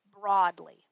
broadly